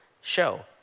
show